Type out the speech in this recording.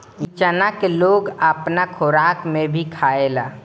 इ चना के लोग अपना खोराक में भी खायेला